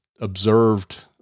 observed